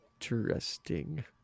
Interesting